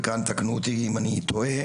וכאן תקנו אותי אם אני טועה,